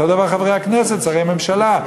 אותו דבר חברי הכנסת, שרי ממשלה.